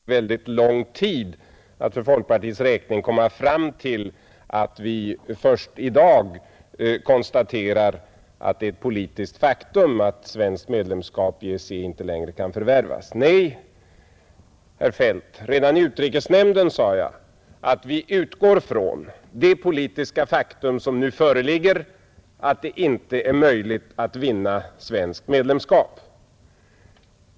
Fru talman! Handelsministern ville här måla bilden av att det skulle ha tagit mig väldigt lång tid att för folkpartiets räkning komma fram till att vi först i dag konstaterar att det är ett politiskt faktum att svenskt medlemskap i EEC inte längre kan förvärvas, Nej, herr Feldt, redan i utrikesnämnden sade jag att vi utgår från det politiska faktum som nu föreligger, att det inte är möjligt att vinna svenskt medlemskap.